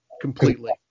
completely